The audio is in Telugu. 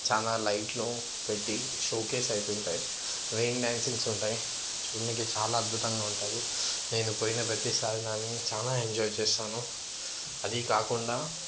చాలా లైట్లు పెట్టి షోకేస్ అవుతుంటాయి రెయిన్ డాన్సింగ్స్ ఉంటాయి చూడనీకి చాలా అద్భుతంగా ఉంటుంది నేను పోయిన ప్రతిసారి దాన్ని చాలా ఎంజాయ్ చేస్తాను అది కాకుండా